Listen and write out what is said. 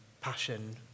passion